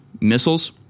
missiles